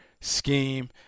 scheme